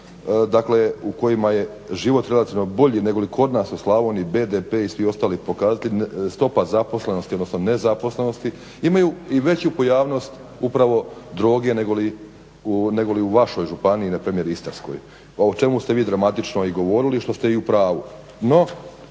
dakle u kojima je život relativno bolji negoli kod nas u Slavoniji, BDP i svi ostali pokazatelji, stopa zaposlenosti odnosno nezaposlenosti imaju i veću pojavnost upravo droge li nego li u vašoj županiji, npr. Istarskoj o čemu ste vi i dramatično govorili što ste i u pravu.